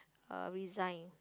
uh resign